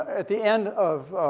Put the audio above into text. at the end of,